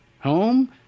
Home